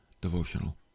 devotional